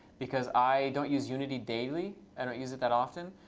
because i don't use unity daily. i don't use it that often.